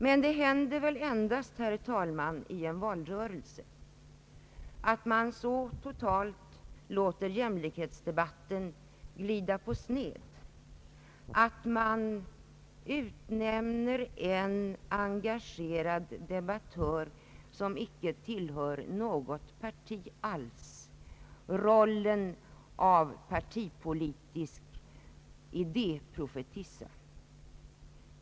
Men det händer väl endast i en valrörelse, herr talman, att man så totalt låter jämlikhetsdebatten glida på sned att man utnämner en engagerad debattör som icke tillhör något parti alls till partipolitisk idéprofetissa.